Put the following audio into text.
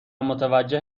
متوجه